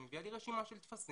היא מביאה לי רשימה של טפסים,